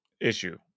issue